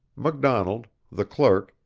mcdonald, the clerk,